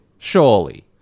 Surely